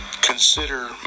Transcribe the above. consider